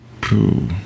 Poo